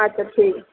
আচ্ছা ঠিক